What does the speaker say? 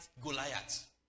Goliath